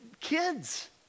kids